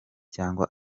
cyangwa